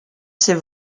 c’est